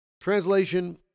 Translation